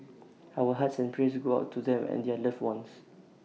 our hearts and prayers go out to them and their loved ones